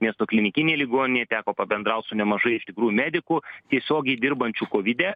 miesto klinikinėj ligoninėj teko pabendraut su nemažai iš tikrų medikų tiesiogiai dirbančių kovide